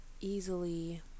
easily